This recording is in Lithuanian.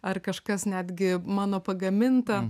ar kažkas netgi mano pagaminta